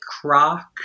croc